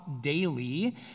daily